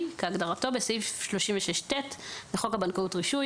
כהגדרתו בסעיף 36ט לחוק הבנקאות (רישוי),